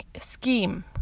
scheme